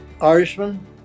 Irishman